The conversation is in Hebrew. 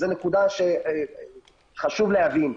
זו נקודה שחשוב להבין.